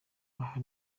aha